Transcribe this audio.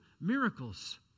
miracles